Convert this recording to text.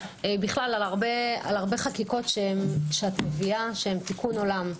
על הרבה חקיקות שאת מופיעה שהן תיקון עולם,